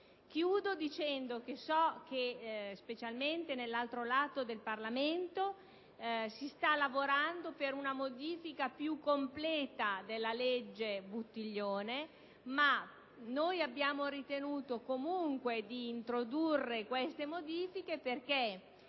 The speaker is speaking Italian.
di Lisbona. So che, specialmente nell'altro ramo del Parlamento, si sta lavorando per una modifica più completa della legge Buttiglione; ma noi abbiamo ritenuto comunque di introdurre delle modifiche, perché